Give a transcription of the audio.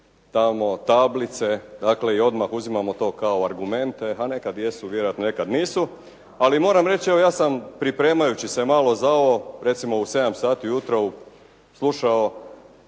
tamo tablice, dakle i odmah uzimamo to kao argumente. A nekad jesu vjerojatno, nekad nisu. Ali moram reći, evo ja sam pripremajući se malo za ovo, recimo u 7 sati ujutro slušao